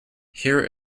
here